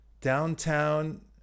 downtown